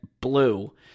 blue